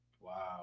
Wow